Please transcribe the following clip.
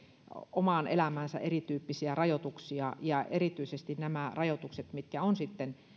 omaan elämäänsä erityyppisiä rajoituksia ja erityisesti nämä rajoitukset mitkä sitten ovat